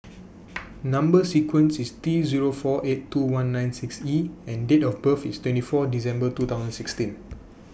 Number sequence IS T Zero four eight two one nine six E and Date of birth IS twenty four December two thousand sixteen